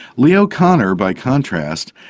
leo kanner, by contrast,